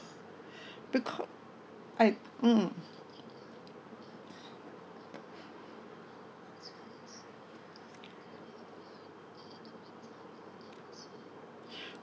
because I mm